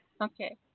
Okay